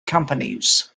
companies